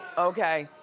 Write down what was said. okay?